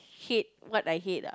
hate what I hate ah